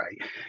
right